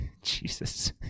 Jesus